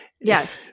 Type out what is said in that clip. Yes